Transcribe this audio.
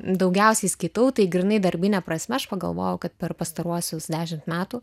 daugiausiai skaitau tai grynai darbine prasme aš pagalvojau kad per pastaruosius dešimt metų